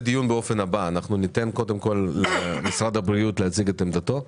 אנחנו ניתן קודם כל למשרד הבריאות להציג את עמדתו,